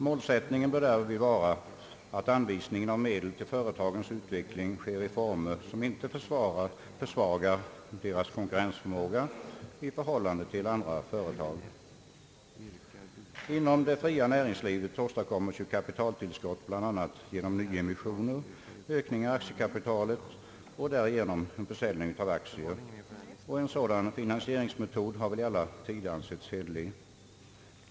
Målsättningen bör därvid vara att anvisningen av medel till företagens utveckling sker i former som inte försvagar deras konkurrensförmåga i förhållande till andra företag. Inom det fria näringslivet åstadkommes ju kapitaltillskott bl.a. genom nyemissioner och ökning av aktiekapitalet genom försäljning av aktier, och en sådan finansieringsmetod har väl i alla tider ansetts hederlig.